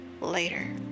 later